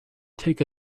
take